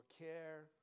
care